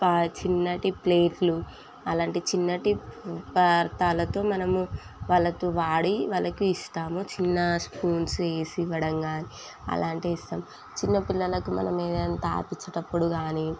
చిన్నటి ప్లేట్లు అలాంటి చిన్నటి పాత్రలతో మనము వాళ్ళతో వాడి వాళ్ళకి ఇస్తాము చిన్న స్పూన్స్ వేసివ్వడం కానీ అలాంటివి ఇస్తాం చిన్న పిల్లలకు మనం ఏదైనా తాగించేటప్పుడు కానీ